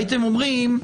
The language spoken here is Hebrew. הייתם אומרים,